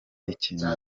ikintu